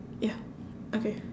ya okay